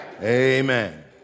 Amen